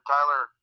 Tyler